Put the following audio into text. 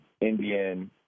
Indian